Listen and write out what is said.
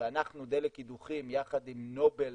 ואנחנו דלק קידוחים יחד עם נובל,